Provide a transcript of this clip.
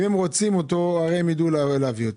אם הם רוצים אותו הרי הם יידעו להביא אותו.